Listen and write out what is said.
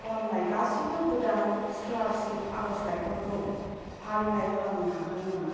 खालामनाय गासिबो गोदान स्क'लारशिप आर'जलाइफोरखौ फारिलाइ खालामनो हागोन नामा